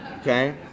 Okay